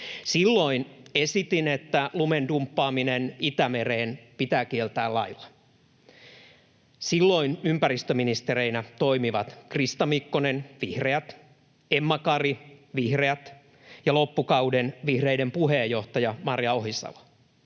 esitin, että lumen dumppaaminen Itämereen pitää kieltää lailla. Silloin ympäristöministereinä toimivat Krista Mikkonen, vihreät, Emma Kari, vihreät, ja loppukauden vihreiden puheenjohtaja Maria Ohisalo.